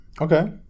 Okay